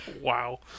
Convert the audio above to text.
wow